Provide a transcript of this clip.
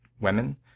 women